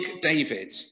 David